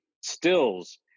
stills